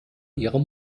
ihrem